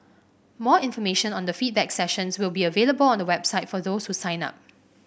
more information on the feedback sessions will be available on the website for those who sign up